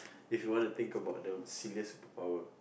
if you want to think about the silliest superpower